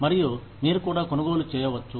మరియు మీరు కూడా కొనుగోలు చేయవచ్చు